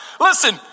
Listen